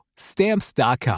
Stamps.com